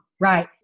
Right